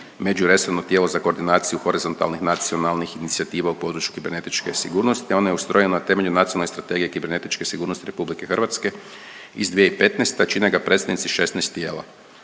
međuresorno tijelo za koordinaciju horizontalnih nacionalnih inicijativa u području kibernetičke sigurnosti, a ona je utemeljena na temelju Nacionalne strategije kibernetičke sigurnosti RH iz 2015., a čine ga predstavnici 16 tijela.